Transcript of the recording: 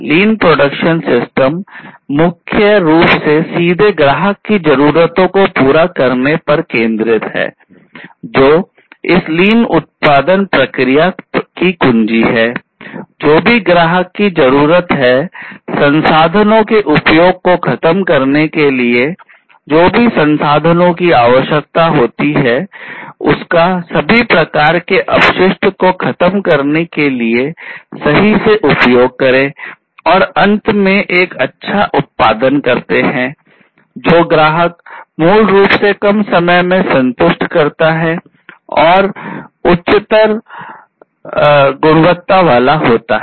जो भी ग्राहक की जरूरत है संसाधनों के उपयोग को खत्म करने के लिए जो भी संसाधनों की आवश्यकता होती है उसका सभी प्रकार के अपशिष्ट को खत्म करने के लिए सही से उपयोग करें और अंत में एक अच्छा उत्पादन करते हैं जो ग्राहक मूल रूप से कम समय में संतुष्ट करता है तथा उच्चतर गुणवत्ता वाला होता है